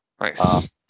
Nice